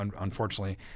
unfortunately